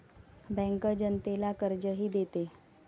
bank जनतेला कर्जही देते